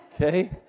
Okay